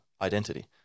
identity